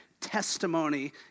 testimony